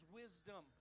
wisdom